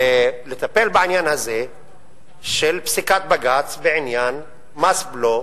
לטפל בעניין הזה של פסיקת בג"ץ בעניין מס בלו.